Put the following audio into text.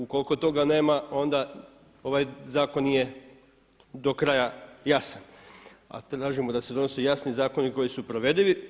Ukoliko toga nema onda ovaj zakon nije do kraja jasan, a tražimo da se donose jasni zakoni koji su provedivi.